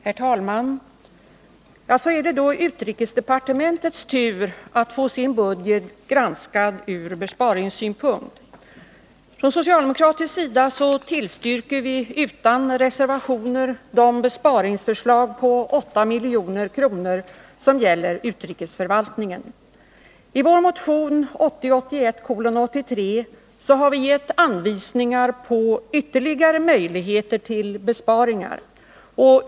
Herr talman! Så är det då utrikesdepartementets tur att få sin budget granskad ur besparingssynpunkt. Från socialdemokratisk sida tillstyrker vi utan reservationer de besparingsförslag på 8 milj.kr. som gäller utrikesförvaltningen. I vår motion 1980/81:83 har vi gett anvisningar på ytterligare möjligheter till besparingar.